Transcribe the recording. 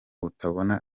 utabona